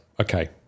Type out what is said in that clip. okay